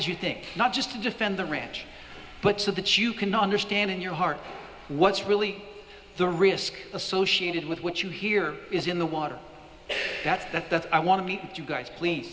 as you think not just to defend the ranch but so that you cannot understand in your heart what's really the risk associated with what you hear is in the water that's that i want to meet you guys please